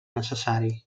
necessari